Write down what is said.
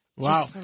Wow